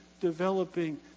developing